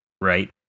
right